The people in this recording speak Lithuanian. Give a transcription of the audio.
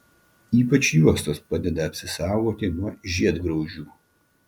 ypač juostos padeda apsisaugoti nuo žiedgraužių